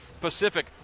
Pacific